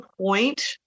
point